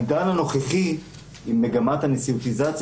בעידן הנוכחי עם מגמת הנשיאותיזציה